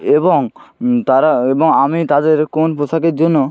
এবং তারা এবং আমি তাদের কোন পোশাকের জন্য